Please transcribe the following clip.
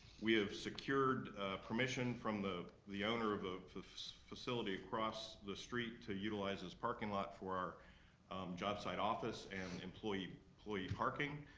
we have secured permission from the the owner of a facility across the street to utilize his parking lot for our job site office and employee employee parking,